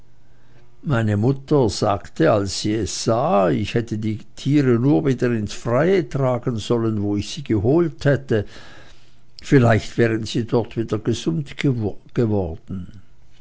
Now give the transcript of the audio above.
meine mutter sagte als sie es sah ich hätte die tiere nur wieder ins freie tragen sollen wo ich sie geholt hätte vielleicht wären sie dort wieder gesund geworden